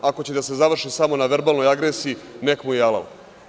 Ako će da se završi samo na verbalnoj agresiji, nek mu je alal.